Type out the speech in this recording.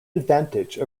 advantage